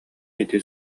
ити